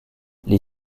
les